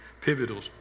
pivotal